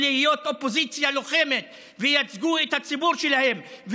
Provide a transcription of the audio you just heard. להיות אופוזיציה לוחמת וייצגו את הציבור שלהם,